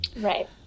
Right